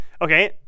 Okay